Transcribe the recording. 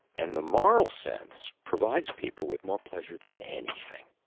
and the moral sense provides people with more pleasure than anything.